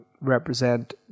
represent